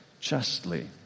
justly